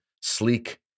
sleek